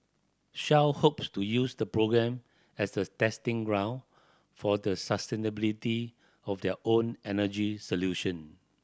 Shell hopes to use the program as a testing ground for the sustainability of their own energy solution